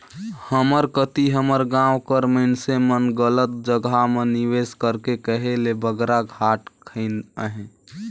हमर कती हमर गाँव कर मइनसे मन गलत जगहा म निवेस करके कहे ले बगरा घाटा खइन अहें